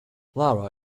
lara